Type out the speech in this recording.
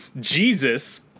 jesus